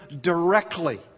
directly